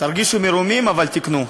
תרגישו מרומים, אבל תקנו.